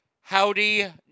Howdy